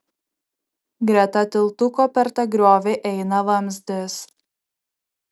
greta tiltuko per tą griovį eina vamzdis